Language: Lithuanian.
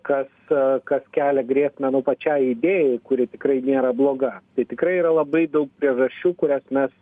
kas kas kelia grėsmę nu pačiai idėjai kuri tikrai nėra bloga tai tikrai yra labai daug priežasčių kurias mes